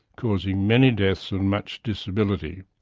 causing many deaths and much disability.